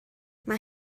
mae